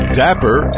dapper